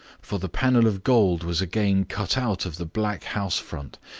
for the panel of gold was again cut out of the black house front,